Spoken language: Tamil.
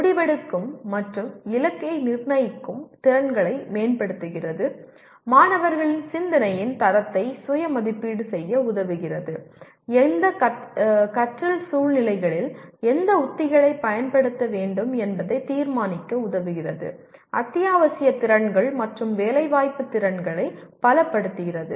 முடிவெடுக்கும் மற்றும் இலக்கை நிர்ணயிக்கும் திறன்களை மேம்படுத்துகிறது மாணவர்களின் சிந்தனையின் தரத்தை சுய மதிப்பீடு செய்ய உதவுகிறது எந்த கற்றல் சூழ்நிலைகளில் எந்த உத்திகளைப் பயன்படுத்த வேண்டும் என்பதை தீர்மானிக்க உதவுகிறது அத்தியாவசிய திறன்கள் மற்றும் வேலைவாய்ப்பு திறன்களை பலப்படுத்துகிறது